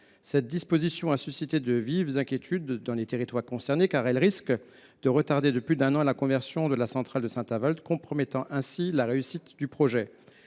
Cette disposition a suscité de vives inquiétudes en Moselle, car elle risque notamment de retarder de plus d’un an la conversion de la centrale de Saint Avold, compromettant ainsi la réussite du projet.